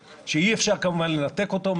אותה שהאירועים האלה ייבדקו ויטופלו.